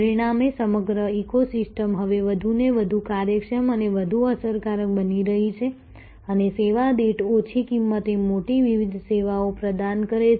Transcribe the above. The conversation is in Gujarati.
પરિણામે સમગ્ર ઇકો સિસ્ટમ હવે વધુને વધુ કાર્યક્ષમ અને વધુ અસરકારક બની રહી છે અને સેવા દીઠ ઓછી કિંમતે મોટી વિવિધ સેવાઓ પ્રદાન કરે છે